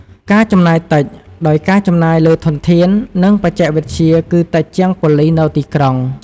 ការចំណាយតិច ដោយការចំណាយលើធនធាន និងបច្ចេកវិទ្យាគឺតិចជាងប៉ូលិសនៅទីក្រុង។